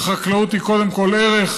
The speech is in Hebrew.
החקלאות היא קודם כול ערך,